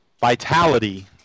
vitality